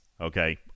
Okay